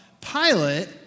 Pilate